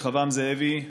רחבעם זאבי.